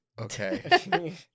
Okay